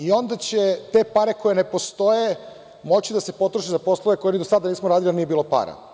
Onda će te pare koje ne postoje moći da se potroše za poslove koje ni do sada nismo radili, jer nije bilo para.